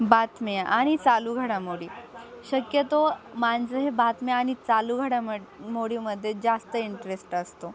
बातम्या आणि चालू घडामोडी शक्यतो माणसं हे बातम्या आणि चालू घाडाम मोडीमध्ये जास्त इंटरेस्ट असतो